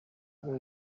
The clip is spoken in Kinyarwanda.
ngo